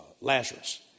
Lazarus